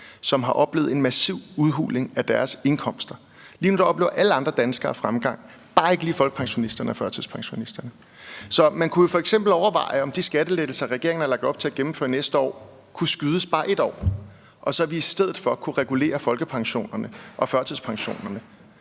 som har oplevet en massiv udhuling af deres indkomst. Lige nu oplever alle andre danskere fremgang, bare ikke lige folkepensionisterne og førtidspensionisterne. Så man kunne jo f.eks. overveje, om de skattelettelser, regeringen har lagt op til at gennemføre næste år, kunne skydes bare et år, så vi i stedet for kunne regulere folkepensionerne og førtidspensionerne.